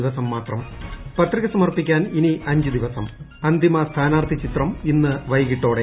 ദിവസം മാത്രം പത്രിക സമർപ്പിക്കാൻ ഇനി അഞ്ച് ദിവസം അന്തിമ സ്ഥാനാർത്ഥി ചിത്രം ഇന്ന് വൈകിട്ടോടെ